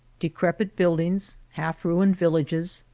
decrepit buildings, half ruined villages,